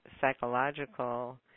psychological